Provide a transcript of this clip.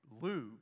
Luke